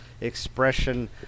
expression